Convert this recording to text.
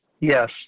Yes